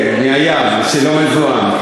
כן, מהים, שלא מזוהם.